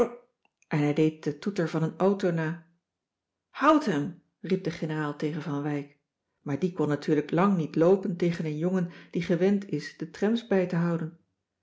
hij deed de toeter van een auto na houd hem riep de generaal tegen van wijk maar die kon natuurlijk lang niet loopen tegen een jongen die gewend is de trams bij te houden